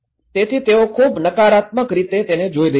તેથી તેઓ ખૂબ નકારાત્મક રીતે તેને જોઈ રહ્યા છે